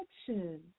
action